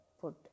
put